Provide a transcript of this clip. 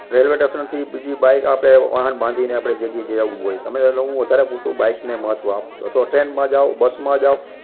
railway સ્ટેશનેથી બીજી bike આપણે વાહન બાંધીને આપણે જે બીજે જવું હોય તેમાં એટલો હું વધારે પડતો બાઇકને મહત્ત્વ આપું છું અથવા ટ્રેનમાં જાવ બસમાં જાવ